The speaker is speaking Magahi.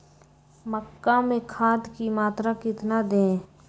मक्का में खाद की मात्रा कितना दे?